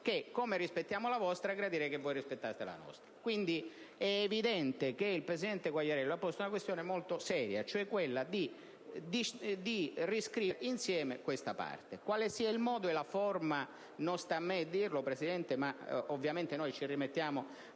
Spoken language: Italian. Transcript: come noi rispettiamo la vostra, gradirei che voi rispettaste la nostra. È evidente che il presidente Quagliariello ha posto una questione molto seria: riscrivere insieme questa parte. Quale sia il modo e la forma non sta a me dirlo, signor Presidente; ovviamente, noi ci rimettiamo